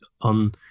on